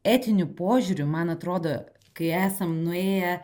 etiniu požiūriu man atrodo kai esam nuėję